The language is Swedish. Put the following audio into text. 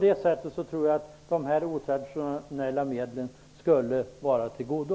Därför tror jag att de otraditionella medlen skulle kunna vara till godo.